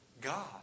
God